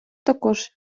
також